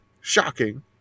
shocking